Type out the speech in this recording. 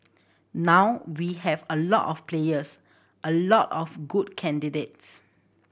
now we have a lot of players a lot of good candidates